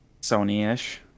Sony-ish